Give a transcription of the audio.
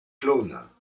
clones